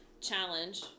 challenge